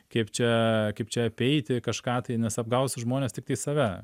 kaip čia kaip čia apeiti kažką tai nes apgaus žmonės tiktai save